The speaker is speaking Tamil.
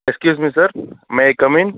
excuse me sir may I come in